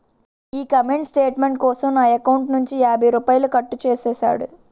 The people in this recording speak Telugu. ఈ కామెంట్ స్టేట్మెంట్ కోసం నా ఎకౌంటు నుంచి యాభై రూపాయలు కట్టు చేసేసాడు